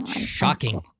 Shocking